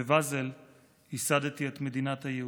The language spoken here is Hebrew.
"בבאזל ייסדתי את מדינת היהודים".